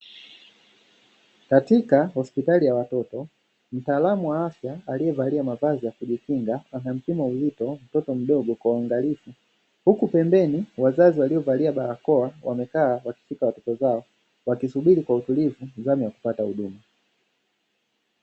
Katika hospitali ya watoto, mtalamu wa afya aliyevalia mavazi ya kujikinga, anampima uzito mtoto mdogo kwa uangalifu huku pembeni wazazi waliovalia barakoa, wamekaa wakishika watoto zao, wakisubiri kwa utulivu zamu ya kupata huduma.